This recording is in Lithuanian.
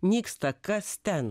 nyksta kas ten